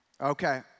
Okay